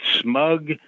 smug